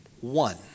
one